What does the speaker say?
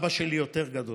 אבא שלי יותר גדול,